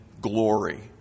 glory